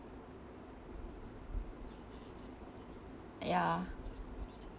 ya